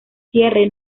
cierre